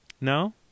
No